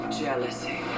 jealousy